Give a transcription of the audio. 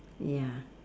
ya